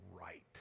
right